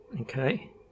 okay